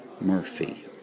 Murphy